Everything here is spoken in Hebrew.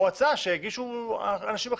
או ההצעה שהגישו אנשים אחרים,